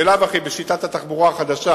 שבלאו הכי בשיטת התחבורה החדשה